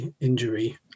injury